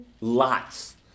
Lots